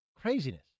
craziness